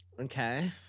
Okay